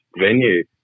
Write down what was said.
venue